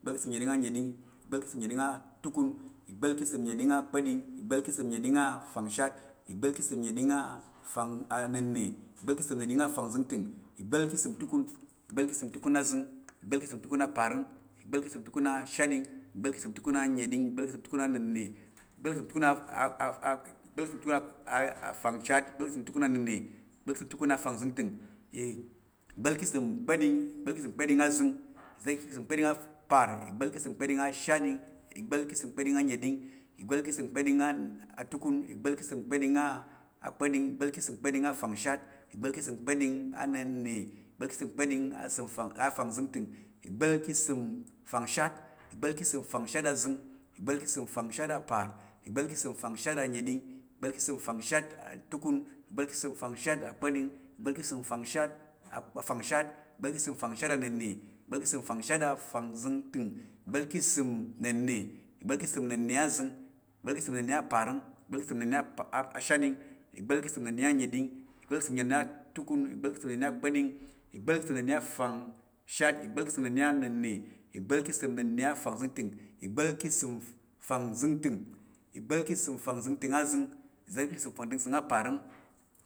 Ìgbá̱l ka̱ ìsəm nnəɗing anənɗing, ìgbá̱l ka̱ ìsəm nnəɗing atukun, ìgbá̱l ka̱ ìsəm nnəɗing akpa̱ɗing, ìgbá̱l ka̱ ìsəm nnəɗing afangshat, ìgbá̱l ka̱ ìsəm nnəɗing annəna̱, ìgbá̱l ka̱ ìsəm nnəɗing afangzəngtəng, ìgbá̱l ka̱ ìsəm tukun, ìgbá̱l ka̱ ìsəm tukun aza̱ng, ìgbá̱l ka̱ ìsəm tukun aparəm, ìgbá̱l ka̱ ìsəm tukun ashatɗing, ìgbá̱l ka̱ ìsəm tukun annəɗing, ìgbá̱l ka̱ ìsəm tukun atukun, ìgbá̱l ka̱ ìsəm tukun akpa̱ɗing, ìgbá̱l ka̱ ìsəm tukun afangshat, ìgbá̱l ka̱ ìsəm tukun annəna̱, ìgbá̱l ka̱ ìsəm tukun afangzəngtəng, ìgbá̱l ka̱ ìsəm kpa̱ɗing, ìgbá̱l ka̱ ìsəm kpa̱ɗing azəng, ìgbá̱l ka̱ ìsəm kpa̱ɗing aparəm, ìgbá̱l ka̱ ìsəm kpa̱ɗing ashatɗin, ìgbá̱l ka̱ ìsəm kpa̱ɗing anəɗing, ìgbá̱l ka̱ ìsəm kpa̱ɗing atukun, ìgbá̱l ka̱ ìsəm kpa̱ɗing akpa̱ɗing, ìgbá̱l ka̱ ìsəm kpa̱ɗing afangshat, ìgbá̱l ka̱ ìsəm kpa̱ɗing anənna̱, ìgbá̱l ka̱ ìsəm kpa̱ɗing afangzəngtəng, ìgbá̱l ka̱ ìsəm fangshat, ìgbá̱l ka̱ ìsəm fangshat azəng, ìgbá̱l ka̱ ìsəm fangshat apar, ìgbá̱l ka̱ ìsəm fangshat ashatɗing, ìgbá̱l ka̱ ìsəm fangshat anəɗing, ìgbá̱l ka̱ ìsəm fangshat atukun, ìgbá̱l ka̱ ìsəm fangshat akpa̱ɗing, ìgbá̱l ka̱ ìsəm fangshat afangshat, ìgbá̱l ka̱ ìsəm fangshat anənna̱, ìgbá̱l ka̱ ìsəm fangshat afangzəngtəng, ìgbá̱l ka̱ ìsəm nnəna̱, ìgbá̱l ka̱ ìsəm nnəna̱ azəng, ìgbá̱l ka̱ ìsəm nnəna̱ apar, ìgbá̱l ka̱ ìsəm nnəna̱ shat, ìgbá̱l ka̱ ìsəm nnəna̱ anəɗing, ìgbá̱l ka̱ ìsəm nnəna̱ atukun, ìgbá̱l ka̱ ìsəm nnəna̱ akpa̱ɗing, ìgbá̱l ka̱ ìsəm nnəna̱ afangshat, ìgbá̱l ka̱ ìsəm nnəna̱ afangzəngtəng, ìgbá̱l ka̱ ìsəm fangzəngtəng, ìgbá̱l ka̱ ìsəm fangzəngtəng azəng, ìgbá̱l ka̱ ìsəm fangzəngtəng apar,